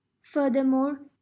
furthermore